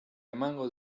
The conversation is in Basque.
emango